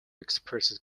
expressed